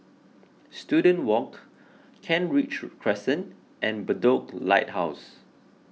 Student Walk Kent Ridge Crescent and Bedok Lighthouse